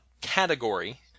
category